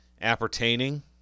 appertaining